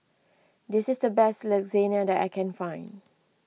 this is the best Lasagne that I can find